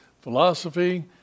philosophy